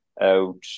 out